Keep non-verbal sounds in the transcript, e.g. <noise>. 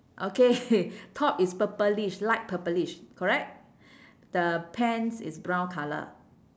okay <laughs> top is purplish light purplish correct the pants is brown colour